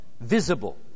visible